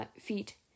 feet